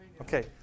Okay